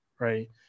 Right